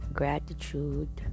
gratitude